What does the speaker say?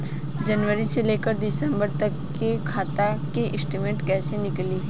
जनवरी से लेकर दिसंबर तक के खाता के स्टेटमेंट कइसे निकलि?